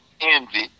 Envy